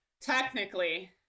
technically